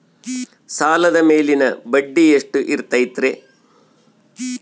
ಸಾಲದ ಮೇಲಿನ ಬಡ್ಡಿ ಎಷ್ಟು ಇರ್ತೈತೆ?